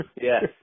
Yes